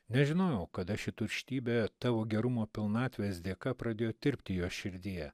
nežinojau kada ši tuštybė tavo gerumo pilnatvės dėka pradėjo tirpti jo širdyje